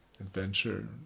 adventure